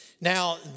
Now